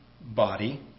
body